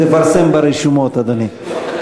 תפרסם ברשומות, אדוני.